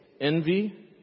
envy